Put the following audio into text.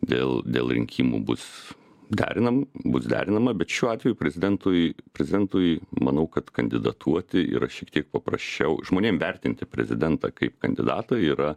dėl dėl rinkimų bus derinam bus derinama bet šiuo atveju prezidentui prezidentui manau kad kandidatuoti yra šiek tiek paprasčiau žmonėm vertinti prezidentą kaip kandidatą yra